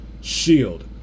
Shield